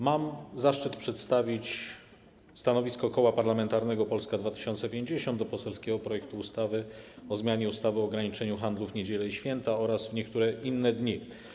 Mam zaszczyt przedstawić stanowisko Koła Parlamentarnego Polska 2050 wobec poselskiego projektu ustawy o zmianie ustawy o ograniczeniu handlu w niedziele i święta oraz w niektóre inne dni.